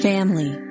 Family